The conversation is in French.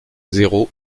zéro